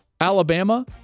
Alabama